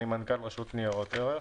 אני מנכ"ל רשות ניירות ערך.